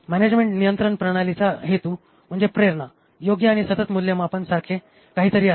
management नियंत्रण प्रणालीचा हेतू म्हणजे प्रेरणा योग्य आणि सतत मूल्यमापन सारखे काहीतरी आहे